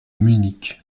munich